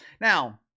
Now